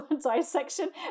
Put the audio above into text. dissection